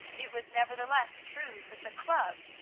it was nevertheless true that the club,